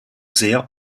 sehr